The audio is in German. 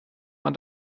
man